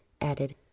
added